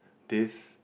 this